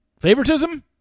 Favoritism